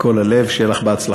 מכל הלב, שיהיה לך בהצלחה.